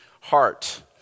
heart